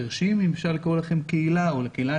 החירשים אם אפשר לקרוא לכם "קהילה"